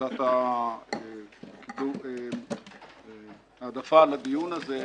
שנתת העדפה לדיון הזה,